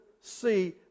see